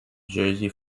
jersey